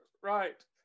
right